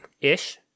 Ish